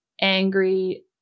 angry